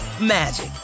magic